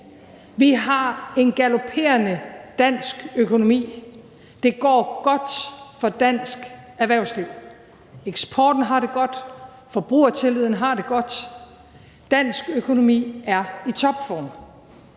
Vi har en galopperende dansk økonomi. Det går godt for dansk erhvervsliv. Eksporten har det godt. Forbrugertilliden har det godt. Dansk økonomi er i topform.